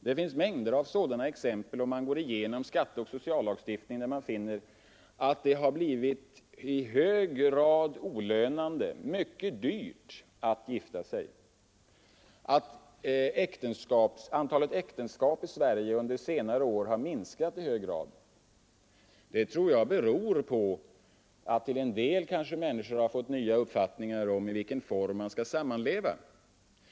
Det finns mängder av sådana exempel i skatteoch sociallagstiftningen. Man finner att det blivit mycket dyrt att gifta sig. Att antalet äktenskap under senare år minskat kraftigt kan till en del, tror jag, bero på att människor fått ny uppfattning om i vilken form man skall sammanleva.